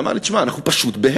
הוא אמר לי: תשמע, אנחנו פשוט בהלם.